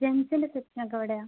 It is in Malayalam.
ജെൻറ്റ്സിന്റെ സെക്ഷൻ ഒക്കെ എവിടെയാണ്